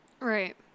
Right